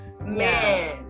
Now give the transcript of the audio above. man